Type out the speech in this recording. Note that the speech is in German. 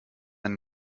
ein